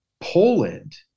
Poland